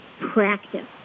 practice